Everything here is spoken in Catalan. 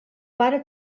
pare